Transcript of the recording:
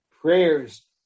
prayers